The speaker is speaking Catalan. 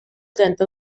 trenta